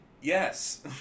yes